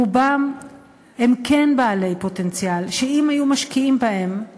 רובם הם כן בעלי פוטנציאל, ואם היו משקיעים בהם הם